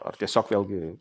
ar tiesiog vėlgi